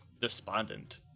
despondent